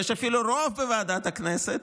ויש אפילו רוב בוועדת הכנסת,